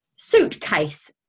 Suitcase